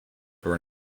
where